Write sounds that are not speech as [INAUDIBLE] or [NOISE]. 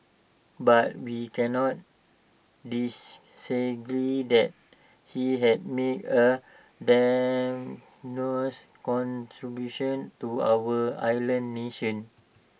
but we cannot [UNINTELLIGIBLE] that he has made A [UNINTELLIGIBLE] contribution to our island nation